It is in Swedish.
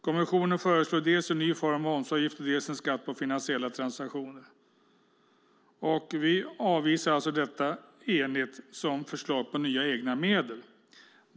Kommissionen föreslår dels en ny form av momsavgift, dels en skatt på finansiella transaktioner. Vi avvisar alltså enigt detta som förslag på nya egna medel.